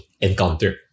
encounter